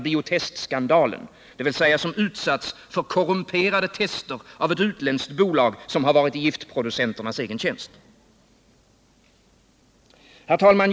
Bio-Test-skandalen, dvs. som utsatts för korrumperade tester av ett utländskt bolag som varit i Herr talman!